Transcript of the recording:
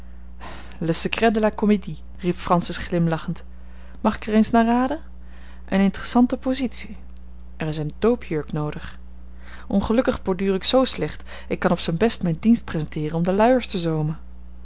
le secret de la comédie riep francis glimlachend mag ik er eens naar raden eene interessante positie er is een doopjurk noodig ongelukkig borduur ik zoo slecht ik kan op zijn best mijn dienst presenteeren om de luiers te zoomen